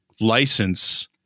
license